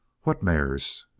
what mares?